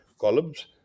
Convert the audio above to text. columns